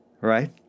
Right